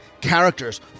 characters